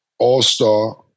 All-star